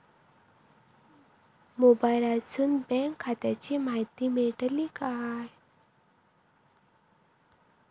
मोबाईलातसून बँक खात्याची माहिती मेळतली काय?